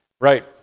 right